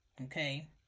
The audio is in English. Okay